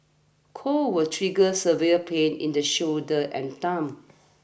cold will trigger severe pain in the shoulder and thumb